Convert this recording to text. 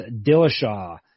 Dillashaw